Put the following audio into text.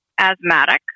asthmatic